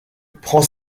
prend